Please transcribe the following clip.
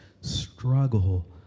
struggle